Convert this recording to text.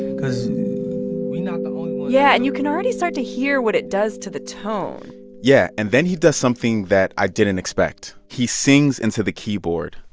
because we not the only ones. yeah. and you can already start to hear what it does to the tone yeah. and then he does something that i didn't expect. he sings into the keyboard